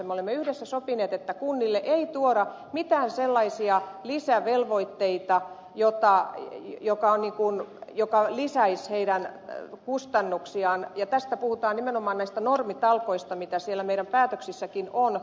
me olemme yhdessä sopineet että kunnille ei tuoda mitään sellaisia lisävelvoitteita jotka lisäisivät niiden kustannuksia ja tässä puhutaan nimenomaan näistä normitalkoista mitä siellä meidän päätöksissäkin on